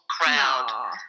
crowd